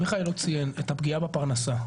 מיכאל לא לציין את הפגיעה בפרנסה.